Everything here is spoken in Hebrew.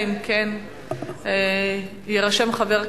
(תיקון